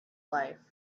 life